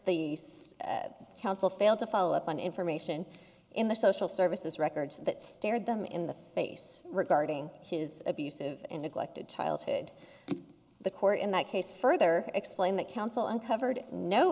there the council failed to follow up on information in the social services records that stared them in the face regarding his abusive neglected childhood the court in that case further explained that counsel uncovered no